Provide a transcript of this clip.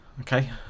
Okay